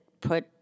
put